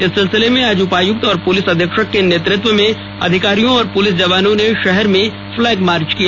इस सिलसिले में आज उपायुक्त और पुलिस अधीक्षक के नेतृत्व में अधिकारियों और पुलिस जवानों ने शहर में फ्लैग मार्च किया